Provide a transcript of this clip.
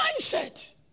Mindset